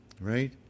right